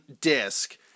disc